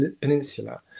Peninsula